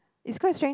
it's quite strange